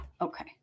okay